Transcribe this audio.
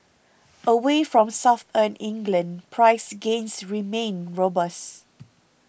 away from Southern England price gains remain robust